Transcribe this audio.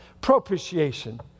Propitiation